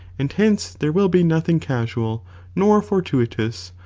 and hence there will be nothing casual nor fortuitous,